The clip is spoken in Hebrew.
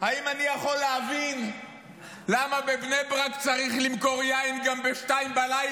האם אני יכול להבין למה בבני ברק צריך למכור יין גם ב-02:00?